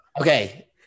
Okay